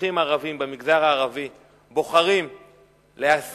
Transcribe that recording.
שמחנכים ערבים במגזר הערבי בוחרים להסית,